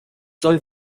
soll